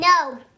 No